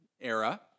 era